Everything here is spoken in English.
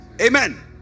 Amen